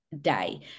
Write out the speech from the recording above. day